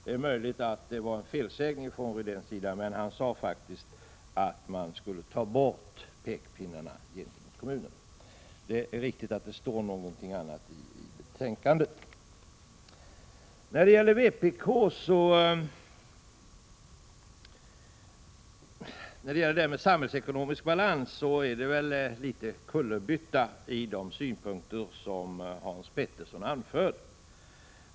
Det är möjligt att Rune Rydén gjorde en felsägning, men han sade faktiskt att man skulle ta bort pekpinnarna gentemot kommunerna. Det är riktigt att det står något annat i betänkandet. När det gäller den samhällsekonomiska balansen innehåller de synpunkter som Hans Petersson i Hallstahammar anförde en del kullerbyttor.